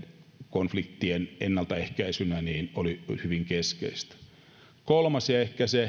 konfliktien ennaltaehkäisynä oli hyvin keskeistä kolmannessa ja ehkä